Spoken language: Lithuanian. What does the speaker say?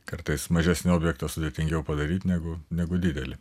kartais mažesnį objektą sudėtingiau padaryt negu negu didelį